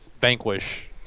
Vanquish